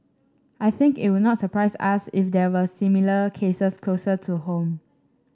I think it would not surprise us if there were similar cases closer to home